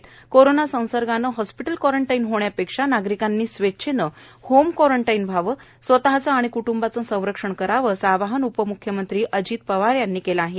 corona संसर्गानं hospital quarantine होण्यापेक्षा नागरिकांनी स्वेच्छेनं होम क्वारंटाईन् व्हावं स्वतचं आणि क्ट्ंबाचं संरक्षण करावं असं आवाहन उपम्ख्यमंत्री अजित पवार यांनी केलं आहे